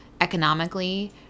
economically